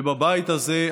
ובבית הזה,